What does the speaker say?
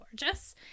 gorgeous